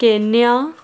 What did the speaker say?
Kenya